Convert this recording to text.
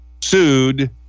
sued